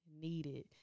needed